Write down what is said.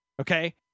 Okay